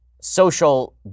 social